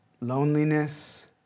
loneliness